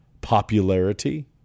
popularity